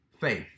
faith